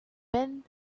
been